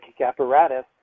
apparatus